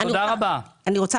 אנחנו עושים